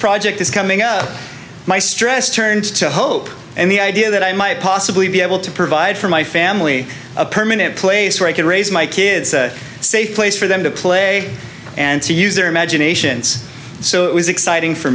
project is coming out my stress turned to hope and the idea that i might possibly be able to provide for my family a permanent place where i could raise my kids a safe place for them to play and to use their imaginations so it was exciting for